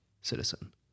Citizen